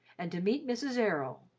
and to meet mrs. errol.